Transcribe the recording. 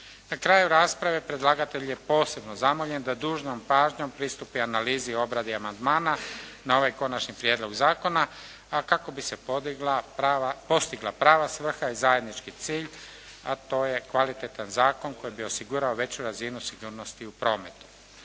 Na kraju rasprave predlagatelj je posebno zamoljen da dužnom pažnjom pristupi analizi i obradi amandmana na ovaj Konačni prijedlog zakona, a kako bi se postigla prava svrha i zajednički cilj, a to je kvalitetan zakon koji bi osigurao veću razinu sigurnosti u prometu.